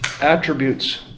attributes